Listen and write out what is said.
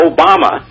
Obama